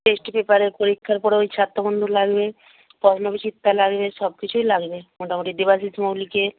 test পেপারের পরীক্ষার পর ওই ছাত্রবন্ধু লাগবে বর্ণবিচিত্রা লাগবে সবকিছুই লাগবে মোটামুটি দেবাশীষ মৌলিকে